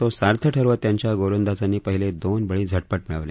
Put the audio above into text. तो सार्थ ठरवत त्यांच्या गोलंदाजांनी पहिले दोन बळी झटपट मिळवले